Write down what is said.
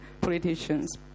politicians